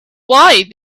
why